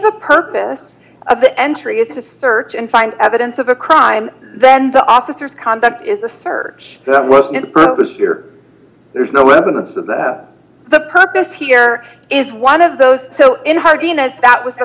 the purpose of the entry is to search and find evidence of a crime then the officers conduct is a search there's no evidence that the purpose here is one of those so in her d n a that was the